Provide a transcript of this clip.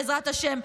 בעזרת השם,